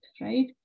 right